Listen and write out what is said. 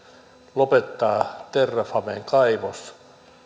lopettaa terrafamen kaivos